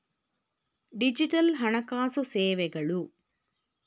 digital ಹಣಕಾಸು ಸೇವೆಗಳು